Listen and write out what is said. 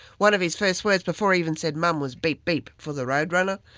one of his first words before he even said mum was beep, beep', for the road runner.